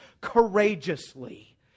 courageously